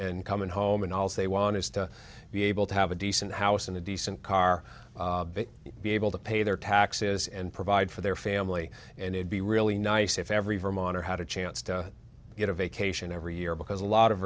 and coming home and all's they want is to be able to have a decent house and a decent car be able to pay their taxes and provide for their family and it be really nice if every vermonter how to chance to get a vacation every year because a lot of